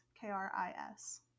K-R-I-S